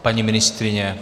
Paní ministryně?